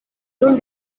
nun